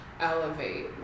elevate